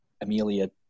Amelia